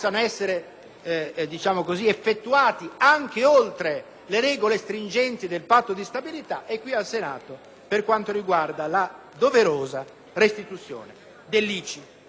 effettuati anche oltre le regole stringenti del Patto di stabilità. L'ordine del giorno del Senato per quanto riguarda la doverosa restituzione dell'ICI.